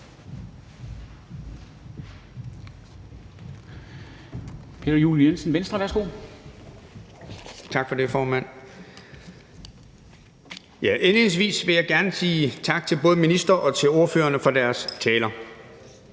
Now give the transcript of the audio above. Indledningsvis vil jeg gerne sige tak til både ministeren og ordførerne for deres taler.